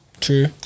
True